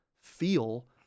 feel